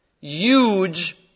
huge